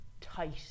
tight